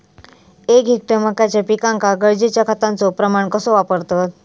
एक हेक्टर मक्याच्या पिकांका गरजेच्या खतांचो प्रमाण कसो वापरतत?